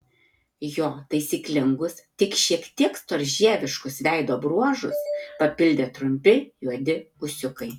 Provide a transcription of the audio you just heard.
jo taisyklingus tik šiek tiek storžieviškus veido bruožus papildė trumpi juodi ūsiukai